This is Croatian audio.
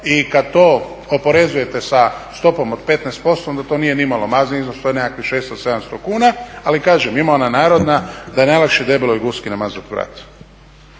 i kad to oporezujete sa stopom od 15% onda to nije nimalo mali iznos, to je nekakvih 600, 700 kuna. Ali kažem, ima ona narodna da je najlakše debeloj guski namazati vrat.